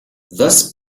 this